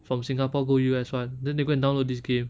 from singapore go U_S [one] then they go and download this game